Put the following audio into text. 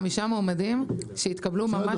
חמישה מועמדים שהתקבלו ממש בימים האחרונים.